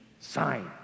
sign